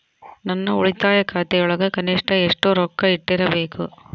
ನನ್ನ ಉಳಿತಾಯ ಖಾತೆಯೊಳಗ ಕನಿಷ್ಟ ಎಷ್ಟು ರೊಕ್ಕ ಇಟ್ಟಿರಬೇಕು?